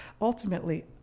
ultimately